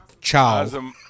Ciao